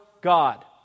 God